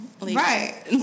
Right